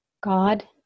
God